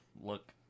look